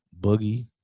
Boogie